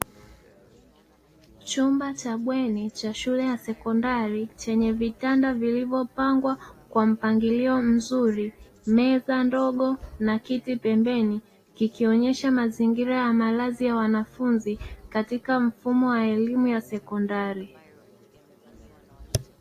Chumba cha bweni cha shule ya sekondari chenye vitanda vilivyopangwa kwa mpangilio mzuri meza ndogo na kiti pembeni, kikionyesha mazingira ya malazi ya wanafunzi katika mfumo wa elimu ya sekondari.